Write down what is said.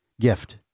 gift